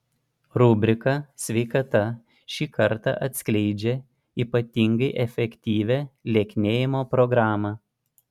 rubrika sveikata šį kartą atskleidžia ypatingai efektyvią lieknėjimo programą